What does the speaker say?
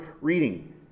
reading